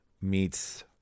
meets